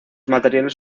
materiales